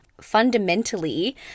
fundamentally